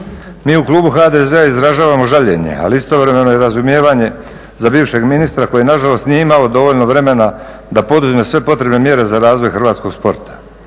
Mi u klubu HDZ-a izražavamo žaljenje ali i istovremeno razumijevanje za bivšeg ministra koji nažalost nije imao dovoljno vremena da poduzme sve potrebne mjere za razvoj hrvatskog sporta.